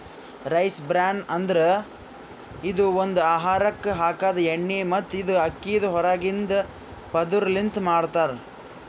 rice bran ಅಂದುರ್ ಇದು ಒಂದು ಆಹಾರಕ್ ಹಾಕದ್ ಎಣ್ಣಿ ಮತ್ತ ಇದು ಅಕ್ಕಿದ್ ಹೊರಗಿಂದ ಪದುರ್ ಲಿಂತ್ ಮಾಡ್ತಾರ್